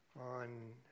On